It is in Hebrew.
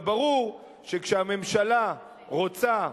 אבל ברור שכשהממשלה רוצה,